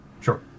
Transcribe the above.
Sure